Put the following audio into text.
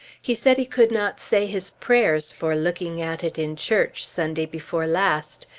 he said he could not say his prayers for looking at it in church, sunday before last.